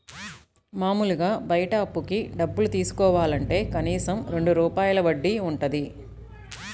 మాములుగా బయట అప్పుకి డబ్బులు తీసుకోవాలంటే కనీసం రెండు రూపాయల వడ్డీ వుంటది